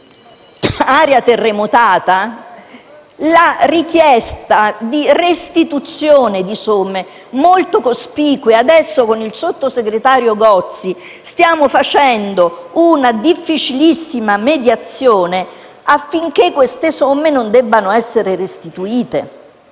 terremotata la richiesta di restituzione di somme molto cospicue. Con il sottosegretario Gozi stiamo ora portando avanti una difficilissima mediazione affinché queste somme non debbano essere restituite.